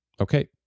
Okay